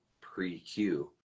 pre-cue